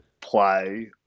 play